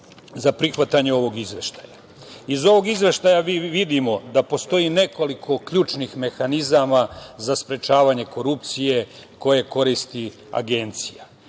za prihvatanje ovog izveštaja. Iz ovog izveštaja mi vidimo da postoji nekoliko ključnih mehanizama za sprečavanje korupcije koje koristi Agencija.